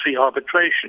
arbitration